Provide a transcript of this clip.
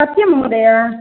सत्यं महोदय